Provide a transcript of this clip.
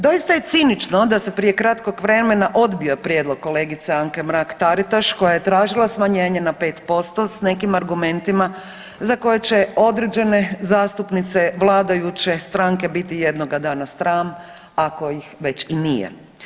Doista je cinično da se prije kratkog vremena odbio prijedlog kolegice Anke Mrak Taritaš koja je tražila smanjenje na 5% s nekim argumentima za koje će određene zastupnice vladajuće stranke biti jednoga dana sram ako ih već i nije.